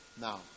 Now